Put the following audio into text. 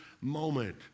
moment